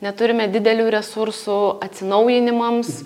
neturime didelių resursų atsinaujinimams